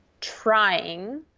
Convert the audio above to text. trying